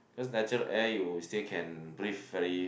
cause natural air you still can breathe very